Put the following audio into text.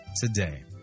today